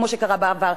כמו שקרה בעבר,